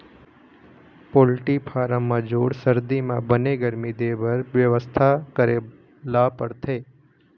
poultry farm म जूड़ सरदी म बने गरमी देबर बेवस्था करे ल परथे